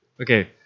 Okay